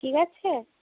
ঠিক আছে